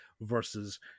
versus